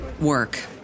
work